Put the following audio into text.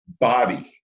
body